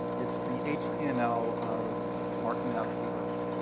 it's the html of marking up the earth.